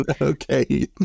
Okay